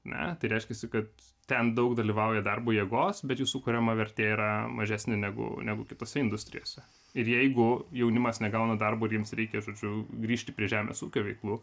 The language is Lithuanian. ne tai reiškiasi kad ten daug dalyvauja darbo jėgos bet jų sukuriama vertė yra mažesnė negu negu kitose industrijose ir jeigu jaunimas negauna darbo ir jiems reikia žodžiu grįžti prie žemės ūkio veiklų